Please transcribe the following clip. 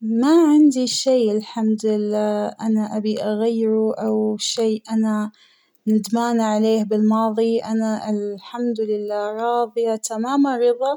ما عندى شى الحمد لله أنا أبى أغيره أو شى أنا ندمان عليه بالماضى ، أنا الحمد لله راضية تمام الرضا